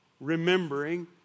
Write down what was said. remembering